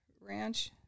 ranch